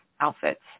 outfits